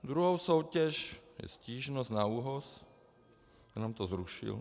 Druhou soutěž stížnost na ÚOHS, jenom to zrušil.